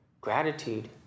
gratitude